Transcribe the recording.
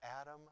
Adam